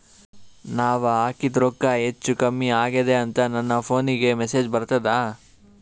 ನಾವ ಹಾಕಿದ ರೊಕ್ಕ ಹೆಚ್ಚು, ಕಮ್ಮಿ ಆಗೆದ ಅಂತ ನನ ಫೋನಿಗ ಮೆಸೇಜ್ ಬರ್ತದ?